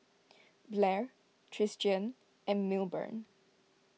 Blair Tristian and Milburn